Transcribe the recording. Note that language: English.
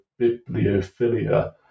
bibliophilia